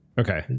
Okay